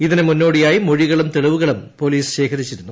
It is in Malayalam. ഇതിനു മുന്നോടിയായി മൊഴികളും തെളിവുകളും പോലീസ് ശേഖരിച്ചിരുന്നു